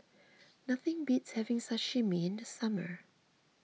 nothing beats having Sashimi in the summer